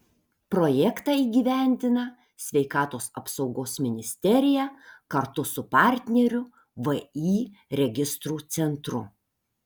projektą įgyvendina sveikatos apsaugos ministerija kartu su partneriu vį registrų centru